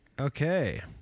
Okay